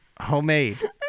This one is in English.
Homemade